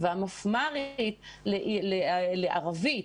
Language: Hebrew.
והמפמ"רית לערבית,